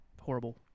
horrible